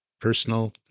personal